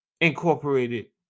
incorporated